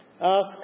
Ask